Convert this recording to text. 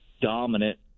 dominant